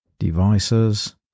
Devices